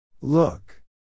Look